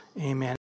amen